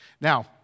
Now